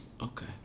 Okay